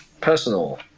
personal